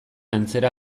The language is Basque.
antzera